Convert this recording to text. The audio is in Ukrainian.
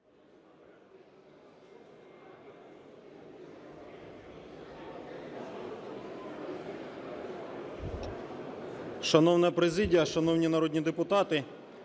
Шановна президія, шановні народні депутати,